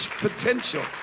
potential